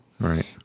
Right